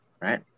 right